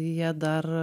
jie dar